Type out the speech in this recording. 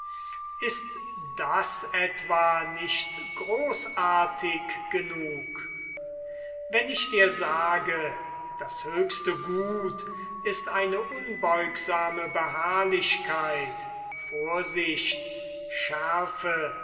ist das etwa nicht großartig genug wenn ich dir sage das höchste gut ist eine unbeugsame beharrlichkeit vorsicht schärfe